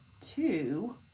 two